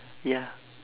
ya